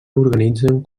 organitzen